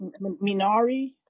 Minari